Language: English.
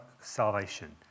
salvation